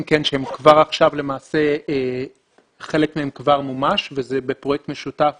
שכבר עכשיו למעשה חלק מהם מומש וזה בפרויקט משותף